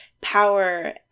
power